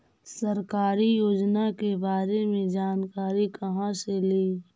सरकारी योजना के बारे मे जानकारी कहा से ली?